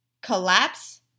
collapse